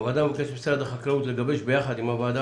הוועדה מבקשת ממשרד החקלאות לגבש ביחד עם הוועדה